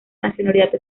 nacionalidad